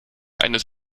eines